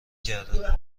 کرده